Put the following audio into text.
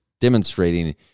demonstrating